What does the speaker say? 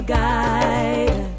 guide